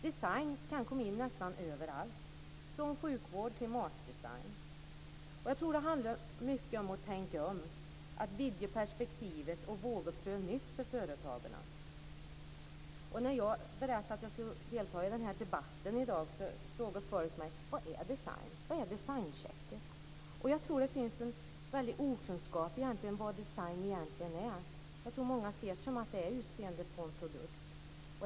Design kan komma in nästan överallt; från sjukvård till matdesign. Jag tror att det handlar mycket om att tänka om, vidga perspektivet och våga pröva nytt för företagen. När jag berättade att jag skulle delta i den här debatten i dag frågade folk mig: Vad är design? Vad är designcheckar? Jag tror att det finns en väldig okunskap om vad design egentligen är. Jag tror att många ser det som att det är utseendet på en produkt.